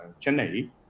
Chennai